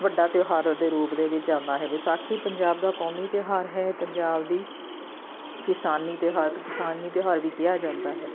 ਵੱਡਾ ਤਿਉਹਾਰ ਦੇ ਰੂਪ ਦੇ ਵਿੱਚ ਆਉਂਦਾ ਹੈ ਵਿਸਾਖੀ ਪੰਜਾਬ ਦਾ ਕੌਮੀ ਤਿਉਹਾਰ ਹੈ ਪੰਜਾਬ ਦੀ ਕਿਸਾਨੀ ਤਿਉਹਾਰ ਅਤੇ ਕਿਸਾਨੀ ਤਿਉਹਾਰ ਵੀ ਕਿਹਾ ਜਾਂਦਾ ਹੈ